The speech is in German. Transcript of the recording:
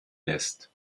lässt